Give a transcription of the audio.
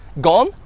gone